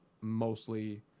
mostly